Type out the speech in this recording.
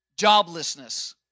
joblessness